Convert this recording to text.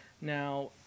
Now